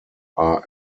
are